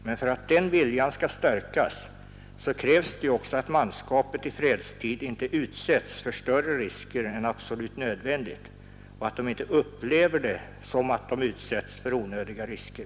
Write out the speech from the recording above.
Men för att den viljan skall stärkas krävs också att manskapet i fredstid inte utsätts för större risker än som är absolut nödvändigt och att de inte upplever det som att de utsätts för onödiga risker.